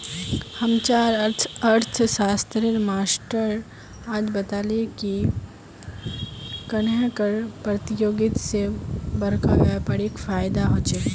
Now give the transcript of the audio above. हम्चार अर्थ्शाश्त्रेर मास्टर आज बताले की कन्नेह कर परतियोगिता से बड़का व्यापारीक फायेदा होचे